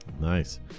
nice